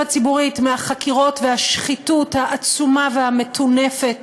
הציבורית מהחקירות והשחיתות העצומה והמטונפת